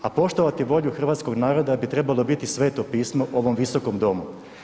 A poštovati volju hrvatskog naroda bi trebalo biti Sveto pismo u ovom Visokom domu.